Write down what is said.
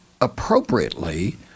appropriately